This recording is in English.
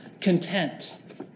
content